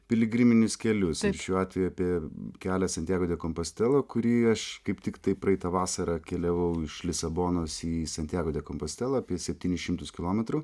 piligriminius kelius šiuo atveju apie kelią santijago de kompostelo kurį aš kaip tiktai praeitą vasarą keliavau iš lisabonos į santjago de kompostelą apie septynis šimtus kilometrų